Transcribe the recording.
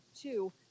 two